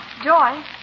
Joy